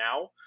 now